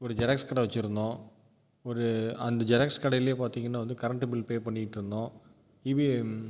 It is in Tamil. ஒரு ஜெராக்ஸ் கடை வச்சுருந்தோம் ஒரு அந்த ஜெராக்ஸ் கடையிலேயே பார்த்தீங்கன்னா வந்து கரண்ட்டு பில் பே பண்ணிகிட்டு இருந்தோம் இது